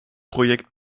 projekt